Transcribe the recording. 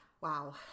wow